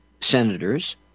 senators